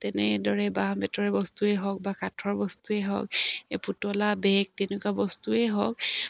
তেনেদৰে বাঁহ বেতৰে বস্তুৱেই হওক বা কাঠৰ বস্তুৱেই হওক এই পুতলা বেগ তেনেকুৱা বস্তুৱেই হওক